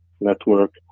network